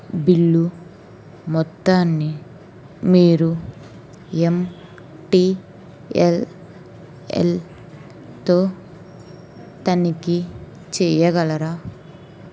bill మొత్తాన్ని మీరు M T L ఎల్తో తనిఖీ చేయగలరా